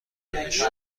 بهش